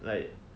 like